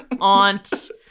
aunt